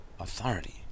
authority